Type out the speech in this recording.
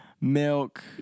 Milk